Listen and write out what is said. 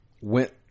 went